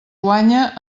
guanya